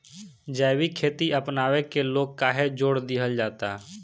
जैविक खेती अपनावे के लोग काहे जोड़ दिहल जाता?